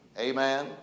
Amen